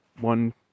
one